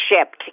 shipped